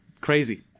crazy